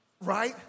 right